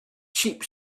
cheap